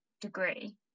degree